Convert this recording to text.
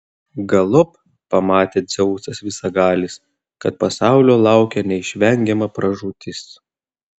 galop pamatė dzeusas visagalis kad pasaulio laukia neišvengiama pražūtis